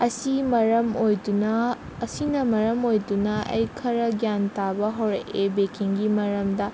ꯑꯁꯤ ꯃꯔꯝ ꯑꯣꯏꯗꯨꯅ ꯑꯁꯤꯅ ꯃꯔꯝ ꯑꯣꯏꯗꯨꯅ ꯑꯩ ꯈꯔ ꯒ꯭ꯌꯥꯟ ꯇꯥꯕ ꯍꯧꯔꯛꯑꯦ ꯕꯦꯀꯤꯡꯒꯤ ꯃꯔꯝꯗ